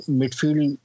midfield